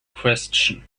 question